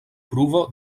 pruvo